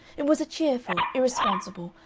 it was a cheerful, irresponsible,